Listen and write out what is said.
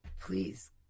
Please